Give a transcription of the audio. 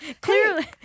clearly